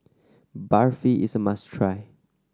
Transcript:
barfi is a must try